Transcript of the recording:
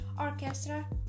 orchestra